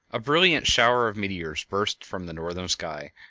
a brilliant shower of meteors burst from the northern sky,